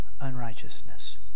unrighteousness